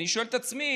אני שואל את עצמי